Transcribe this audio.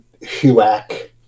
HUAC